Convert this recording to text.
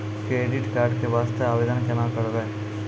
Credit card के वास्ते आवेदन केना करबै?